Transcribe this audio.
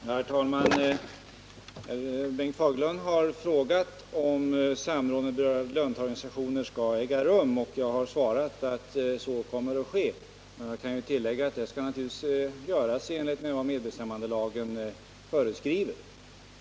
Herr talman! Bengt Fagerlund har frågat om samråd med de berörda löntagarorganisationerna skall äga rum, och jag har svarat att så kommer att ske. Jag kan tillägga att det naturligtvis skall ske i överensstämmelse med vad som föreskrivs i medbestämmandelagen.